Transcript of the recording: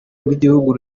rw’igihugu